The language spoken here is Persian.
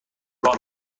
راه